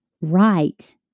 right